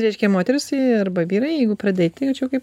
reiškia moterys arba vyrai jeigu pradeda eiti tai čia jau kaip